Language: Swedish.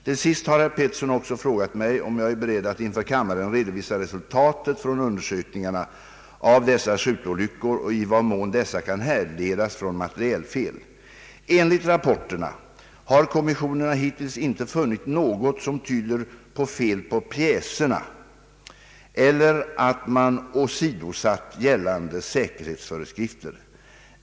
Till sist har herr Pettersson också frågat mig om jag är beredd att inför kammaren redovisa resultatet från undersökningarna av dessa skjutolyckor och i vad mån dessa kan härledas från materielfel. Enligt rapporterna har kommissionerna hittills inte funnit något som tyder på fel på pjäserna eller att man åsidosatt gällande säkerhetsföreskrifter.